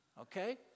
Okay